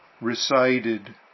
recited